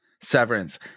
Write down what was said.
Severance